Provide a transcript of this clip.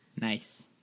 Nice